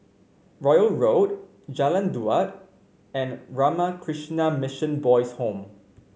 Royal Road Jalan Daud and Ramakrishna Mission Boys' Home